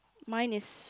mine is